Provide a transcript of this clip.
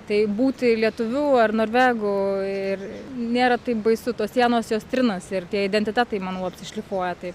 tai būti lietuviu ar norvegu ir nėra taip baisu tos sienos jos trinasi ir tie identitetai manau apsišlifuoja tai